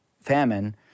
famine